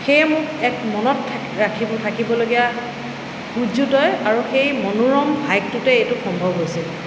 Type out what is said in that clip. সেয়ে মোক এক মনত ৰাখিব থাকিবলগীয়া সূৰ্য্যোদয় আৰু সেই মনোৰম হাইকটোতে এইতো সম্ভৱ হৈছিল